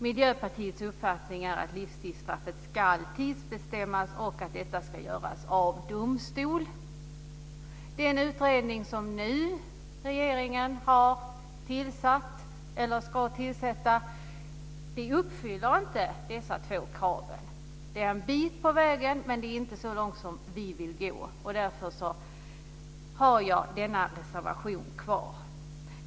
Miljöpartiet har den uppfattningen att livstidsstraffet ska ersättas med ett tidsbestämt straff, som ska utmätas av domstol. Den utredning som regeringen nu ska tillsätta tillgodoser inte dessa två krav. Den går en bit på vägen men inte så långt som vi vill gå, och därför ska jag beröra också denna reservation.